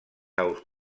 aus